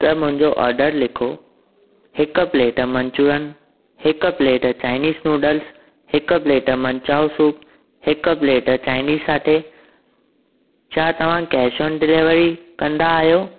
त मुंहिंजो ऑर्डर लिखो हिक प्लेट मंचूरन हिक प्लेट चाइनीस नूडलस हिक प्लेट मनचाओ सुप हिक प्लेट चाइनीस साठे छा तव्हां कैश ऑन डिलीवरी कन्दा आयो